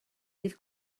dydd